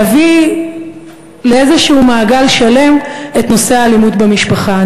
להביא לאיזשהו מעגל שלם את נושא האלימות במשפחה.